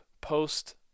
post